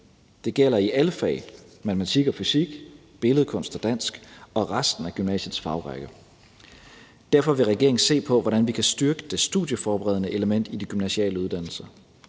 Det gælder i alle fag: matematik, fysik, billedkunst, dansk og resten af gymnasiets fagrække. Derfor vil regeringen se på, hvordan vi kan styrke det studieforberedende element i de gymnasiale uddannelser.